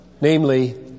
namely